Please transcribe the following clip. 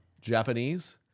Japanese